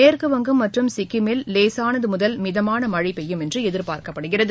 மேற்கு வங்கம் மற்றும் சிக்கிமில் லேசானதுமுதல் மிதமானமழைபெய்யும் என்றுஎதிர்பார்க்கப்படுகிறது